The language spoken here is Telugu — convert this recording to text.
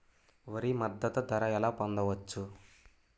వరి మద్దతు ధర ఎలా పొందవచ్చు?